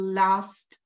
last